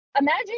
Imagine